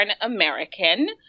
American